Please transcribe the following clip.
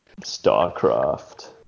Starcraft